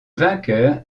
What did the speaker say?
vainqueur